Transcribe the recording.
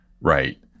right